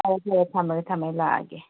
ꯑꯧ ꯏꯆꯦ ꯊꯝꯃꯒꯦ ꯊꯝꯃꯒꯦ ꯂꯥꯛꯑꯒꯦ